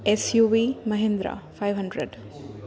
suv Mahindra five hundred